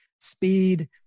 speed